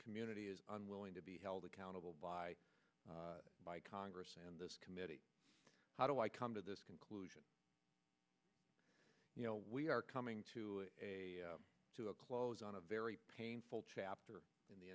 community is unwilling to be held accountable by the congress and this committee how do i come to this conclusion we are coming to a to a close on a very painful chapter in the